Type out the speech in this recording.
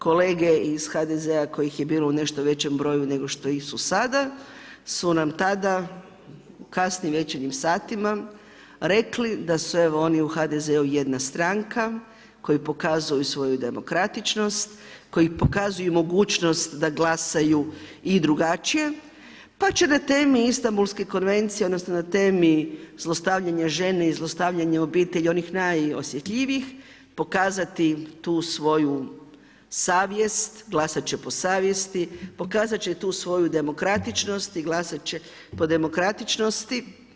Kolege iz HDZ-a kojih je bilo u nešto većem broju nego što ih je sada su nam tada u kasnim večernjim satima rekli da su evo oni u HDZ-u jedna stranka koji pokazuju svoju demokratičnost, koji pokazuju mogućnost da glasaju i drugačije pa će na temi Istanbulske konvencije odnosno na temi zlostavljanja žena i zlostavljanje u obitelji onih najosjetljivijih pokazati tu svoju savjest, glasat će po savjesti, pokazat će tu svoju demokratičnost i glasat će po demokratičnosti.